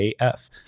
AF